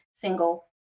single